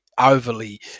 overly